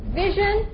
vision